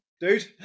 dude